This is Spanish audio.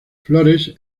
flores